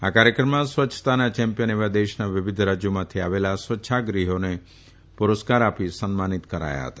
આ કાર્યક્રમમાં સ્વચ્છતાના ચેમ્પિયન એવા દેશના વિવિધ રાજ્યોમાંથી આવેલા સ્વચ્છાગ્રહીઓને પુરસ્કાર આપી સન્માનિત કર્યા હતા